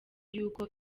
y’uko